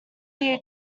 year